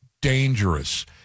dangerous